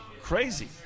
crazy